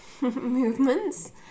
movements